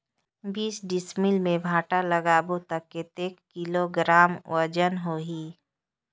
बीस डिसमिल मे भांटा लगाबो ता कतेक किलोग्राम वजन होही?